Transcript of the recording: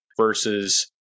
versus